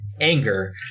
anger